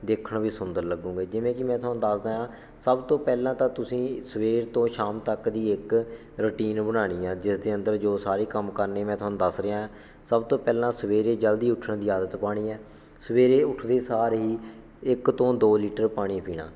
ਦੇਖਣ ਵਿੱਚ ਸੁੰਦਰ ਲੱਗੋਗੇ ਜਿਵੇਂ ਕਿ ਮੈਂ ਤੁਹਾਨੂੰ ਦੱਸਦਾ ਸਭ ਤੋਂ ਪਹਿਲਾਂ ਤਾਂ ਤੁਸੀਂ ਸਵੇਰ ਤੋਂ ਸ਼ਾਮ ਤੱਕ ਦੀ ਇੱਕ ਰੂਟੀਨ ਬਣਾਉਣੀ ਆ ਜਿਸ ਦੇ ਅੰਦਰ ਜੋ ਸਾਰੀ ਕੰਮ ਕਰਨੇ ਮੈਂ ਤੁਹਾਨੂੰ ਦੱਸ ਰਿਹਾ ਸਭ ਤੋਂ ਪਹਿਲਾਂ ਸਵੇਰੇ ਜਲਦੀ ਉੱਠਣ ਦੀ ਆਦਤ ਪਾਉਣੀ ਹੈ ਸਵੇਰੇ ਉੱਠਦੇ ਸਾਰ ਹੀ ਇੱਕ ਤੋਂ ਦੋ ਲੀਟਰ ਪਾਣੀ ਪੀਣਾ